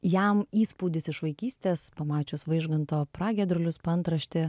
jam įspūdis iš vaikystės pamačius vaižganto pragiedrulius paantraštėje